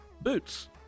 Boots